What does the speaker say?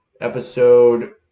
episode